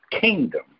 kingdom